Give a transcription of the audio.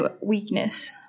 weakness